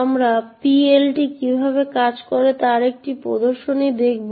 আমরা PLT কিভাবে কাজ করে তার একটি প্রদর্শনী দেখব